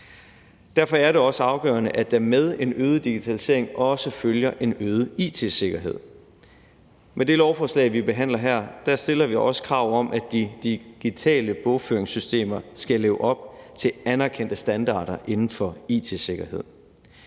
Derfor er det afgørende, at der med en øget digitalisering også følger en øget it-sikkerhed. Med det lovforslag, vi behandler her, stiller vi også krav om, at de digitale bogføringssystemer skal leve op til anerkendte standarder inden for it-sikkerhed.